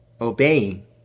obeying